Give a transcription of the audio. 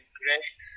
great